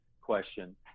question